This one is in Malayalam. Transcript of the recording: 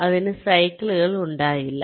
അതിനും സൈക്കിളുകൾ ഉണ്ടാകില്ല